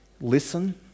listen